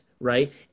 right